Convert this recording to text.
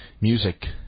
Music